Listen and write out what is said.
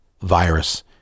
virus